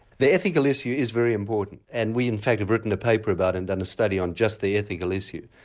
the ethical issue is very important and we in fact have written a paper about it and done a study on just the ethical issue.